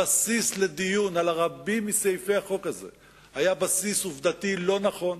הבסיס לדיון על רבים מסעיפי החוק היה בסיס עובדתי לא נכון,